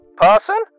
Parson